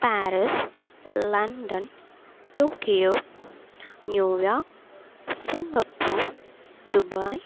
Paris London Tokyo New York New York Dubai